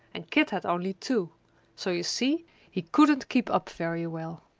and kit had only two so you see he couldn't keep up very well.